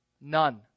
None